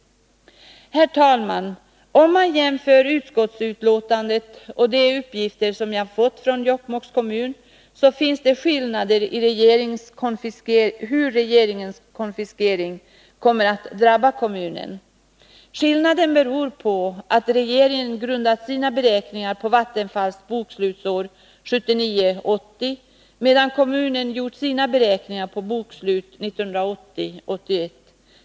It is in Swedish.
Herr talman! Om man jämför uppgifterna i utskottsbetänkandet och de uppgifter som jag fått från Jokkmokks kommun, finner man skillnader i beräkningen av hur regeringens konfiskering kommer att drabba kommunen. Skillnaden beror på att regeringen grundat sina beräkningar på Vattenfalls bokslutsår 1979 81.